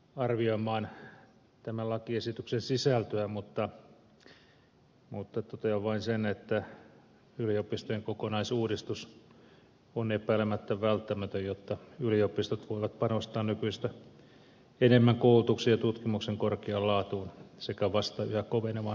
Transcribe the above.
en lähde arvioimaan tämän lakiesityksen sisältöä mutta totean vain sen että yliopistojen kokonaisuudistus on epäilemättä välttämätön jotta yliopistot voivat panostaa nykyistä enemmän koulutuksen ja tutkimuksen korkeaan laatuun sekä vastata kovenevaan kansainväliseen kilpailuun